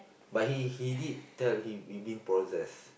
but he he did tell him you been possessed